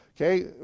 Okay